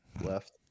left